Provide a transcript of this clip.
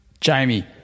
Jamie